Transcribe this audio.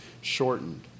shortened